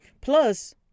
Plus